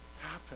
happen